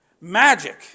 Magic